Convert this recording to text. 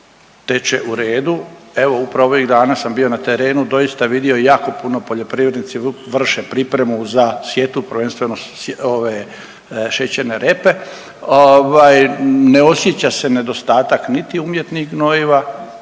teče u redu, evo upravo ovih dana sam bio na terenu doista vidio jako puno poljoprivrednici vrše pripremu za sjetvu, prvenstveno šećerne repe, ne osjeća se nedostatak niti umjetnih gnojiva,